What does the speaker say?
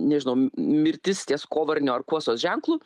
nežinau mirtis ties kovarnio ar kuosos ženklu